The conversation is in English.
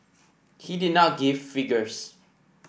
he did not give figures